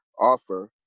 offer